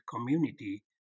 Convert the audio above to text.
community